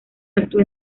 actuó